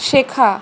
শেখা